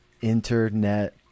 internet